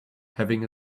having